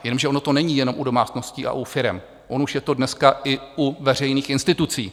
Jenomže ono to není jenom u domácností a u firem, ono už je to dneska i u veřejných institucí.